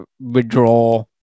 withdraw